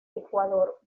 ecuador